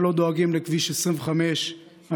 אבל לא דואגים לכביש 25 המסוכן,